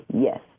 Yes